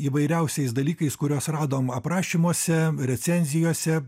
įvairiausiais dalykais kuriuos radom aprašymuose recenzijose